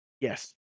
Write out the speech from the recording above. Yes